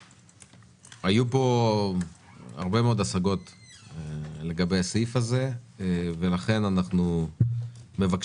היו פה הרבה מאוד השגות לגבי הסעיף הזה ולכן אנחנו מבקשים